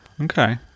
Okay